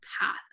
path